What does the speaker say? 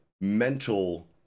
mental